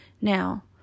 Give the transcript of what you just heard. Now